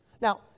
Now